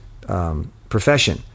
profession